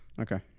Okay